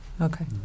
Okay